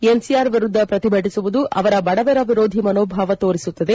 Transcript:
NPR ವಿರುದ್ದ ಪ್ರತಿಭಟಿಸುವುದು ಅವರ ಬಡವರ ವಿರೋಧಿ ಮನೋಭಾವವನ್ನು ತೋರಿಸುತ್ತದೆ